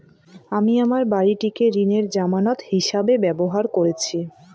আমি আমার বাড়িটিকে ঋণের জামানত হিসাবে ব্যবহার করেছি